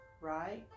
right